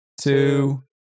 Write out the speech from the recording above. two